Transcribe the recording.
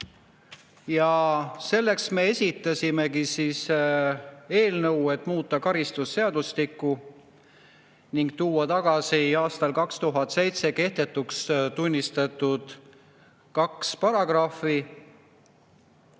kohaselt. Me esitasimegi eelnõu selleks, et muuta karistusseadustikku ning tuua tagasi aastal 2007 kehtetuks tunnistatud kaks paragrahvi: